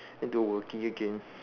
and do working again